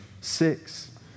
six